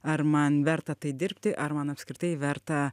ar man verta tai dirbti ar man apskritai verta